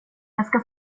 ska